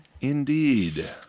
indeed